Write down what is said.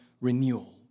renewal